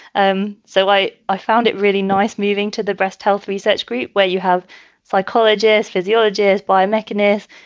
um so i i found it really nice moving to the breast health research group, where you have psychologist physiologies by mckinnis,